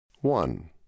One